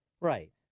Right